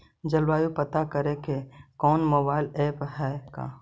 जलवायु पता करे के कोइ मोबाईल ऐप है का?